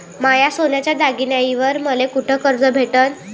माया सोन्याच्या दागिन्यांइवर मले कुठे कर्ज भेटन?